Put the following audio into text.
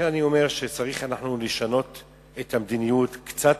לכן אני אומר, צריך לשנות את המדיניות, לפעול קצת